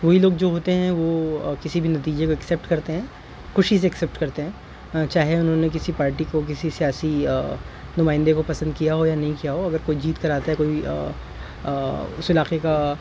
وہی لوگ جو ہوتے ہیں وہ کسی بھی نتیجے کو ایککسیپٹ کرتے ہیں خوشی سے ایککسیپٹ کرتے ہیں چاہے انہوں نے کسی پارٹی کو کسی سیاسی نمائندے کو پسند کیا ہو یا نہیں کیا ہو اگر کوئی جیت کر آتا ہے کوئی اس علاقے کا